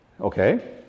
Okay